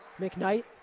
McKnight